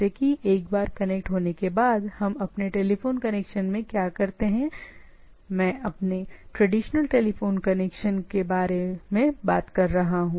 इसलिए एक बार जब यह जुड़ा होता है तो यह ट्रांसपेरेंट मोड में चला जाता है जैसे कि एक बार कनेक्ट होने के बाद हम अपने टेलीफोन कनेक्शन में क्या करते हैं मैं अपने ट्रेडिशनल टेलीफोन कनेक्शन के बारे में बात कर रहा हूं